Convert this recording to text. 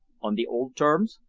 on the old terms?